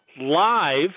live